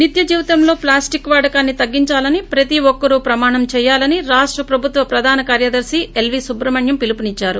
నిత్య జీవితంలో ప్లాస్లిక్ వాడకాన్ని తగ్గించాలని ప్రతి ఒక్కరూ ప్రమాణం చేయాలని రాష్ట్ ప్రభుత్వ ప్రదాన కార్యదర్తి ఏల్ వి సుబ్రహ్మణ్యం పీలుపు ఇచ్చారు